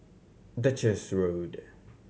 Duchess Road